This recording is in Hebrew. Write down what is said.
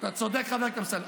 אתה צודק, חבר הכנסת אמסלם.